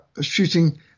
shooting